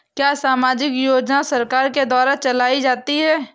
क्या सामाजिक योजना सरकार के द्वारा चलाई जाती है?